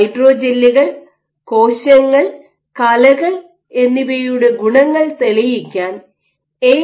ഹൈഡ്രോജെല്ലുകൾ കോശങ്ങൾ കലകൾ എന്നിവയുടെ ഗുണങ്ങൾ തെളിയിക്കാൻ എ